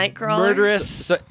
murderous